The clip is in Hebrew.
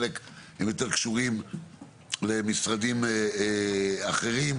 חלק יותר קשורים למשרדים אחרים.